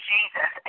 Jesus